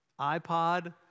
iPod